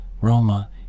Roma